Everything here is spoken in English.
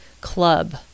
club